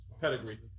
pedigree